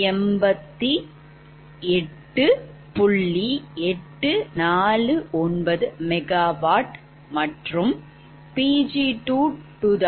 849MW மற்றும் Pg2109